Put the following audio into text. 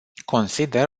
consider